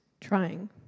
Trying